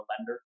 lender